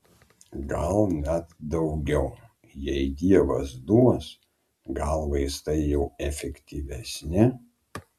gal net daugiau jei dievas duos gal vaistai jau efektyvesni